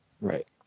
Right